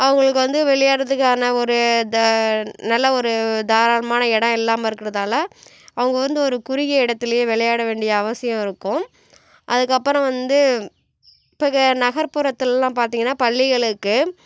அவங்களுக்கு வந்து விளையாடுகிறத்துக்கான ஒரு த நல்ல ஒரு தாராளமான இடம் இல்லாமல் இருக்குறதால் அவங்க வந்து ஒரு குறுகிய இடத்துலேயே விளையாட வேண்டிய அவசியம் இருக்கும் அதுக்கப்புறம் வந்து இப்போ நகர்புறத்துலேலாம் பார்த்திங்கன்னா பள்ளிகளுக்கு